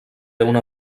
una